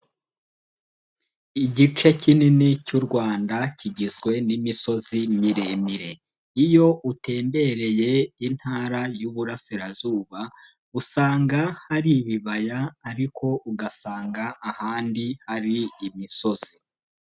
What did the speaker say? Igice kinini cy'u Rwanda kigizwe n'imisozi miremire, iyo utembereye intara y'ububurasirazuba, usanga hari ibibaya ariko ugasanga ahandi hari imisozi.